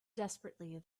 desperately